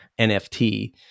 NFT